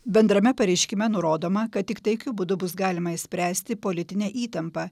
bendrame pareiškime nurodoma kad tik taikiu būdu bus galima išspręsti politinę įtampą